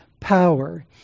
power